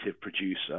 producer